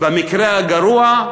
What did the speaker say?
ובמקרה הגרוע,